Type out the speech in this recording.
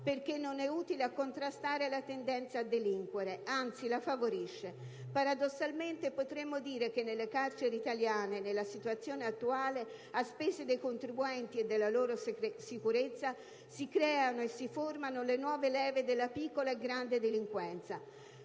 perché non è utile a contrastare la tendenza a delinquere; anzi la favorisce. Paradossalmente, potremmo dire che nelle carceri italiane, nella situazione attuale, a spese dei contribuenti e della loro sicurezza, si creano e si formano le nuove leve della piccola e grande delinquenza.